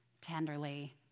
tenderly